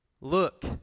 Look